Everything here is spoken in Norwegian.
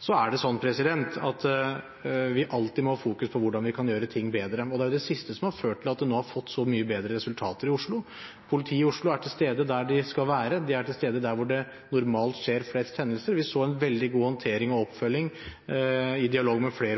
Vi må alltid fokusere på hvordan vi kan gjøre ting bedre. Det er det siste som har ført til at en nå har fått så mye bedre resultater i Oslo. Politiet i Oslo er til stede der de skal være, de er til stede der det normalt skjer flest hendelser. Vi så en veldig god håndtering og oppfølging –